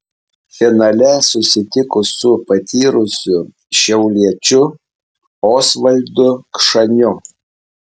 finale susitiko su patyrusiu šiauliečiu osvaldu kšaniu